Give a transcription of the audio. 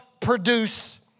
produce